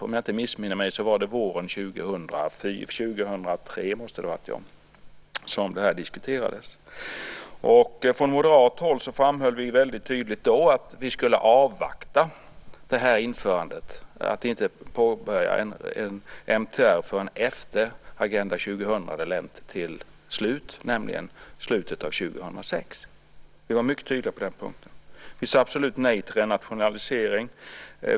Om jag inte missminner mig var det våren 2003 som det här diskuterades. Från moderat håll framhöll vi väldigt tydligt då att vi skulle avvakta med införandet och inte påbörja MTR förrän efter Agenda 2000 hade kommit till slutet, det vill säga i slutet av 2006. Vi var mycket tydliga på den punkten. Vi sade absolut nej till renationalisering.